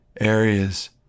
areas